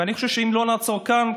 אני חושב שאם לא נעצור כאן,